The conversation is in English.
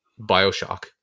Bioshock